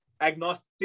agnostic